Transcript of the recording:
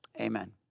amen